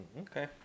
Okay